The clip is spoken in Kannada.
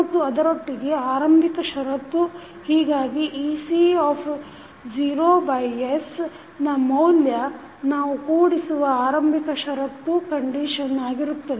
ಮತ್ತು ಅದರೊಟ್ಟಿಗೆ ಆರಂಭಿಕ ಷರತ್ತು ಹೀಗಾಗಿ ecs ನ ಮೌಲ್ಯ ನಾವು ಕೂಡಿಸುವ ಆರಂಭಿಕ ಷರತ್ತು ಆಗಿರುತ್ತದೆ